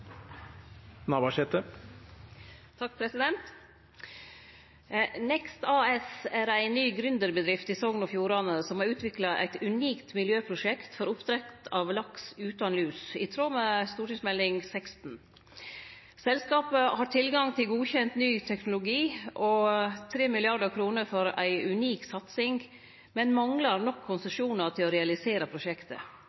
AS er ei ny gründerbedrift i Sogn og Fjordane som har utvikla eit unikt miljøprosjekt for oppdrett av laks utan lus, i tråd med Meld. St. 16. Selskapet har tilgang til godkjent ny teknologi og 3 mrd. kroner for ei unik satsing, men manglar nok